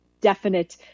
definite